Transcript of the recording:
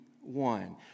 one